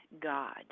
God